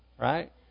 right